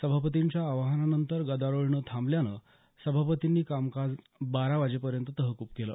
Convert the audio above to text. सभापतींच्या आवाहनानंतरही गदारोळ न थांबल्यानं सभापतींनी कामकाज बारा वाजेपर्यंत तहकूब केलं